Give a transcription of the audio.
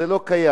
אז זה לא קיים.